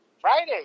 Friday